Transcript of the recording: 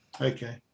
Okay